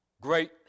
Great